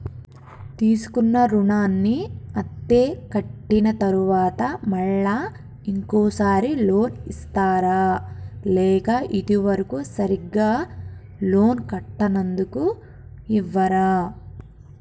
తీసుకున్న రుణాన్ని అత్తే కట్టిన తరువాత మళ్ళా ఇంకో సారి లోన్ ఇస్తారా లేక ఇది వరకు సరిగ్గా లోన్ కట్టనందుకు ఇవ్వరా?